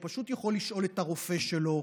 הוא פשוט יכול לשאול את הרופא שלו: